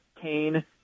Kane